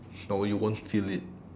no you won't feel it